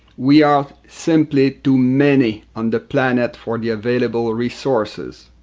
we are simply too many on the planet for the available resources.